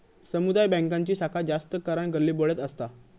समुदाय बॅन्कांची शाखा जास्त करान गल्लीबोळ्यात असता